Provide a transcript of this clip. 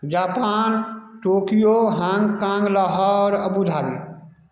Japan Tokyo Hong Kong Lahore Abu Dhabi